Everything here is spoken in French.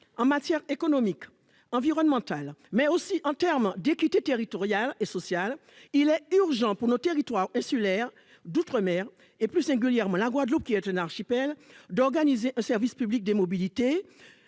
en matière économique et environnementale, mais aussi en termes d'équité territoriale et sociale, il est urgent, pour nos territoires insulaires d'outre-mer, et singulièrement la Guadeloupe, qui est un archipel, d'organiser un service public des mobilités,